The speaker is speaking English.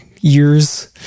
years